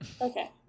Okay